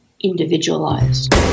individualized